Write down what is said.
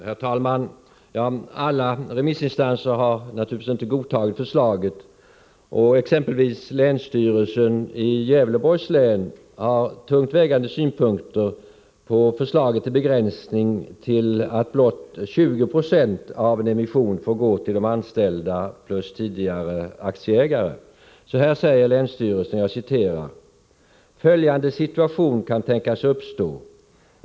Herr talman! Alla remissinstanser har naturligtvis inte godtagit förslaget. Exempelvis länsstyrelsen i Gävleborgs län har tungt vägande synpunkter på förslaget till begränsning — att blott 20 96 av en emission får gå till de anställda plus tidigare aktieägare. ”Följande situation kan tänkas uppstå.